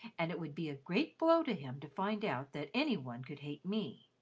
and it would be a great blow to him to find out that any one could hate me.